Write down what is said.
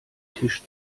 tisch